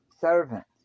servants